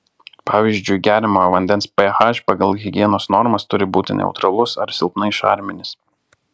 pavyzdžiui geriamojo vandens ph pagal higienos normas turi būti neutralus ar silpnai šarminis